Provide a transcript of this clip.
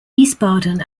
wiesbaden